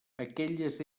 aquelles